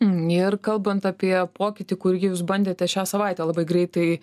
ir kalbant apie pokytį kurį jūs bandėte šią savaitę labai greitai